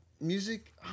Music